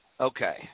Okay